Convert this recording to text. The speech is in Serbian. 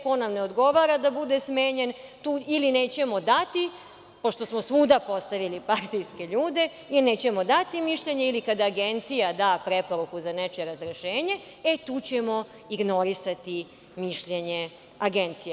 Ko nam ne odgovara, tu ili nećemo dati, pošto smo svuda postavili partijske ljude i nećemo dati mišljenje ili kada Agencija da preporuku za nečije razrešenje, e tu ćemo ignorisati mišljenje Agencije.